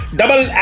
double